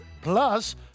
Plus